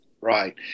right